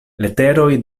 leteroj